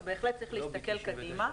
ובהחלט צריך להסתכל קדימה.